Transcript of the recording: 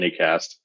AnyCast